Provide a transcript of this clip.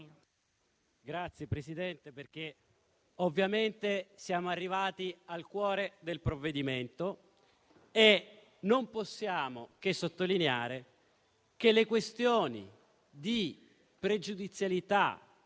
Signor Presidente, siamo arrivati al cuore del provvedimento e non possiamo che sottolineare che le questioni pregiudiziali